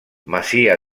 masía